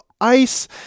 ice